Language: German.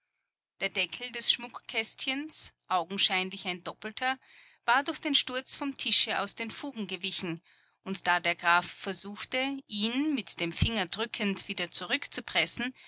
der deckel des schmuckkästchens augenscheinlich ein doppelter war durch den sturz vom tische aus den fugen gewichen und da der graf versuchte ihn mit dem finger drückend wieder zurückzupressen